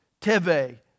Teve